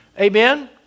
Amen